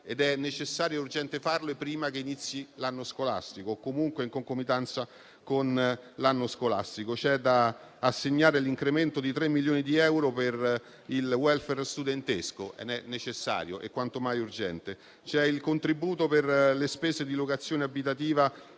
ed è necessario e urgente farlo prima che inizi l'anno scolastico, o comunque in concomitanza con l'anno scolastico. C'è da assegnare l'incremento di 3 milioni di euro per il *welfare* studentesco e questo è necessario e quanto mai urgente. C'è il contributo per le spese di locazione abitativa